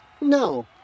No